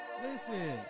Listen